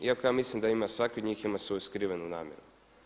Iako ja mislim da ima, svaki od njih ima svoju skrivenu namjeru.